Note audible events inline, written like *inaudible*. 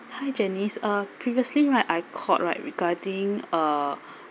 hi janice uh previously right I called right regarding a *breath*